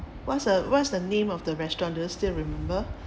what's uh what's the name of the restaurant do you still remember